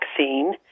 vaccine